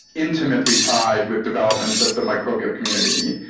intimately tied with development of the microbial community.